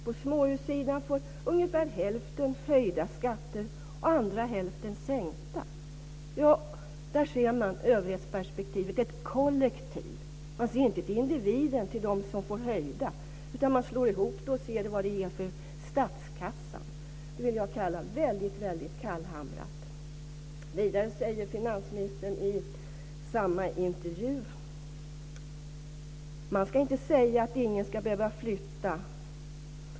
På småhussidan får ungefär hälften höjda skatter och hälften sänkta skatter. Där ser vi överhetsperspektivet. Man ser ett kollektiv. Man ser inte till individen, till dem som får höjda skatter, utan man slår ihop det och ser vad det ger för statskassan. Det vill jag kalla mycket kallhamrat. Vidare säger finansministern i samma intervju: Man ska inte säga att ingen ska behöva flytta.